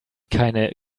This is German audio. keine